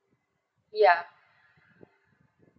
ya